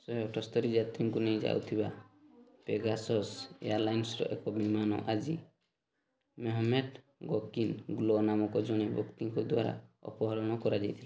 ଶହେ ଅଠସ୍ତରୀ ଯାତ୍ରୀଙ୍କୁ ନେଇ ଯାଉଥିବା ପେଗାସସ୍ ଏୟାରଲାଇନ୍ସର ଏକ ବିମାନ ଆଜି ମେହମେଟ ଗକିନ୍ ଗ୍ଲ ନାମକ ଜଣେ ବ୍ୟକ୍ତିଙ୍କ ଦ୍ୱାରା ଅପହରଣ କରାଯାଇଥିଲା